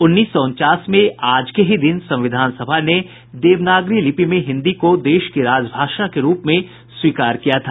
उन्नीस सौ उनचास में आज के ही दिन संविधान सभा ने देवनागरी लिपि में हिंदी को देश की राजभाषा के रूप में स्वीकार किया था